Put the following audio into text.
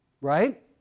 right